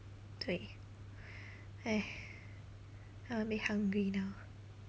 对 I a bit hungry now